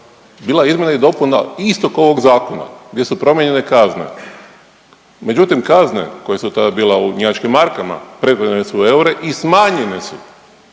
bila izmjena i dopuna istog ovog Zakona gdje su promijenjene kazne. Međutim, kazne koje su tada bile u njemačkim markama pretvorene su u eure i smanjene su.